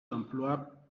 d’emploi